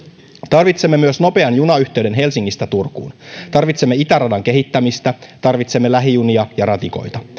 tarvitsemme myös nopean junayhteyden helsingistä turkuun tarvitsemme itäradan kehittämistä tarvitsemme lähijunia ja ratikoita